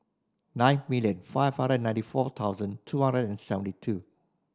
nine million five hundred and ninety four thousand two hundred and seventy two